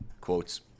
quotes